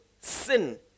sin